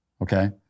Okay